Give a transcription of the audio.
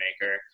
maker